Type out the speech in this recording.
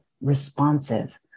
responsive